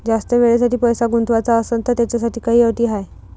जास्त वेळेसाठी पैसा गुंतवाचा असनं त त्याच्यासाठी काही अटी हाय?